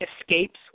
escapes